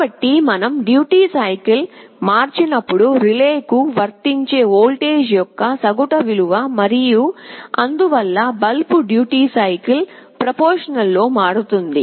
కాబట్టి మనం duty cycle మార్చినప్పుడు రిలే కు వర్తించే వోల్టేజ్ యొక్క సగటు విలువ మరియు అందువల్ల బల్బ్ డ్యూటీ సైకిల్ అనులోమానుపాతం లో మారుతుంది